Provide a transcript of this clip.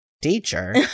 teacher